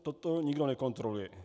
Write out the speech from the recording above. Toto nikdo nekontroluje.